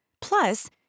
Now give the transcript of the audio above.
Plus